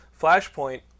Flashpoint